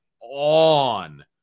on